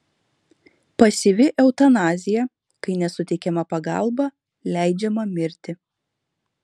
pasyvi eutanazija kai nesuteikiama pagalba leidžiama mirti